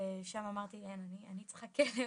ושם אמרתי להם, אני צריכה כלב,